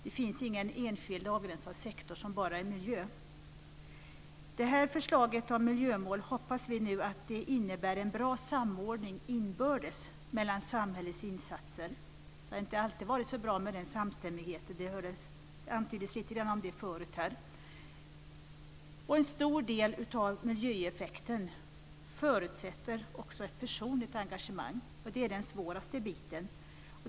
Det finns ingen enskild avgränsad sektor som bara är miljö. Vi hoppas att det här förslaget om miljömål innebär en bra samordning inbördes mellan samhällets insatser. Det har inte alltid varit så bra med den samstämmigheten. Det antyddes förut här. En stor del av miljöeffekten förutsätter också ett personligt engagemang. Det är den svåraste biten.